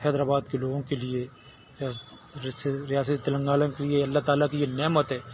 حیدر آباد کے لوگوں کے لیے ریاسی ریاست ریاست تنگانہ کے لیے اللہ تعالیٰ کی یہ نعمت ہے